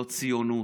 לא ציונות,